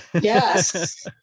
Yes